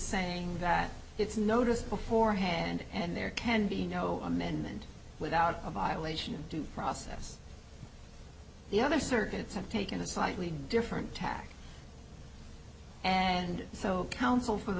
saying that it's noticed before hand and there can be no amendment without a violation of due process the other circuits have taken a slightly different tack and so counsel for the